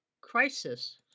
Crisis